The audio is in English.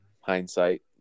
hindsight